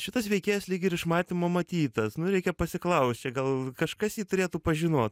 šitas veikėjas lyg ir iš matymo matytas nu reikia pasiklaust čia gal kažkas jį turėtų pažinot